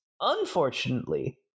Unfortunately